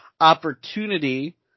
Opportunity